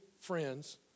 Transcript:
friends